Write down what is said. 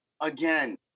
again